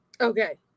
Okay